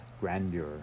grandeur